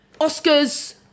Oscars